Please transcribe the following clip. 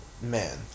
man